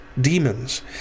demons